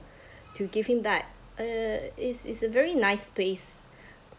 to give him back uh it's it's a very nice place